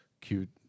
cute